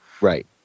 Right